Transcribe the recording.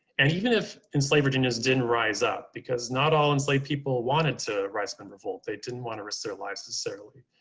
and even if enslaved virginia's didn't rise up, because not all enslaved people wanted to rise up and revolt, they didn't want to risk their lives necessarily.